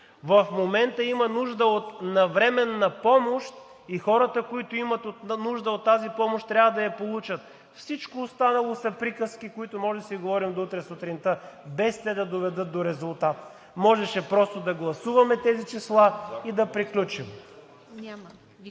В момента има нужда от навременна помощ и хората, имащи нужда от тази помощ, трябва да я получат. Всичко останало са приказки, които можем да си говорим до утре сутринта, без те да доведат до резултат. Можеше просто да гласуваме тези числа и да приключим.